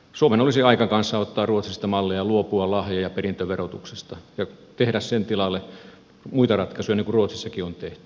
suomen olisi aika kanssa ottaa ruotsista mallia ja luopua lahja ja perintöverotuksesta ja tehdä sen tilalle muita ratkaisuja niin kuin ruotsissakin on tehty